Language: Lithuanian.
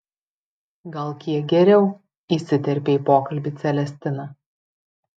gal kiek geriau įsiterpė į pokalbį celestina